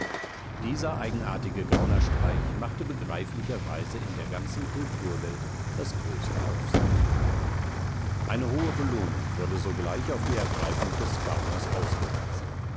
dieser eigenartige gaunerstreich machte begreiflicherweise in der ganzen kulturwelt das größte aufsehen eine hohe belohnung wurde sogleich auf die ergreifung des gauners ausgesetzt